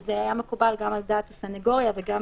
וזה היה מקובל גם על דעת הסנגוריה וגם